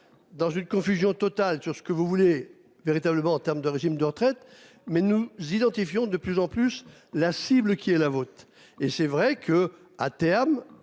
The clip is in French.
Dans une confusion totale sur ce que vous voulez véritablement en terme de régimes de retraite mais nous identifions de plus en plus la cible qui est la votre. Et c'est vrai que, à terme,